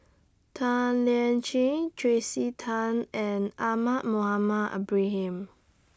Tan Lian Chye Tracey Tan and Ahmad Mohamed Ibrahim